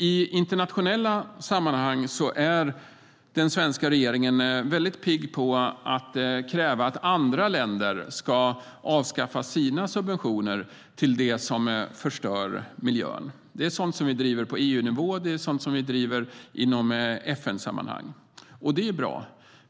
I internationella sammanhang är den svenska regeringen pigg på att kräva att andra länder ska avskaffa sina subventioner till sådant som förstör miljön. Sådant driver vi på EU-nivå, och sådant driver vi i FN-sammanhang. Och det är bra.